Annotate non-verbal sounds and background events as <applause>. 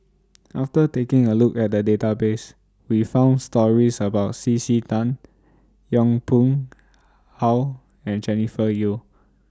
after taking A Look At The Database We found stories about C C Tan Yong Pung <noise> How and Jennifer Yeo